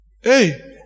Hey